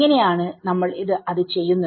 ഇങ്ങനെയാണ് നമ്മൾ അത് ചെയ്യുന്നത്